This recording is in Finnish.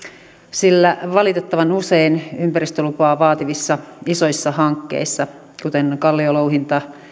sillä valitettavan usein ympäristölupaa vaativissa isoissa hankkeissa kuten kalliolouhinta